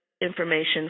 information